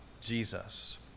Jesus